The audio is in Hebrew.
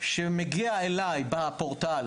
שמגיע אליי בפורטל,